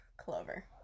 clover